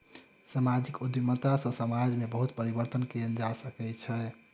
सामाजिक उद्यमिता सॅ समाज में बहुत परिवर्तन कयल जा सकै छै